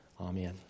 Amen